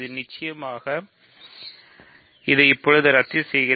நிச்சயமாக இதை இப்போது ரத்து செய்கிறேன்